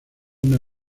una